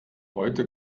heute